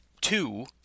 two